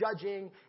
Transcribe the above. judging